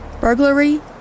Burglary